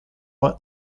vingt